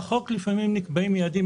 בחוק לפעמים נקבעים יעדים.